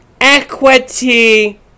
equity